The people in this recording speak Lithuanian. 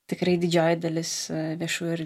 tikrai didžioji dalis viešųjų ir